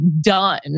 done